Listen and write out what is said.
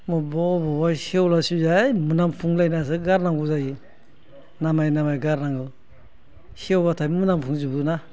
मबावबा मबावबा सेवला सेवलि जै मोनामफुंलायनासो गारनांगौ जायो नामाय नामाय गारनांगौ सेवब्लाथाय मोनामफुंजोबोना